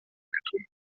getrunken